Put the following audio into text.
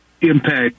impact